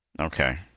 Okay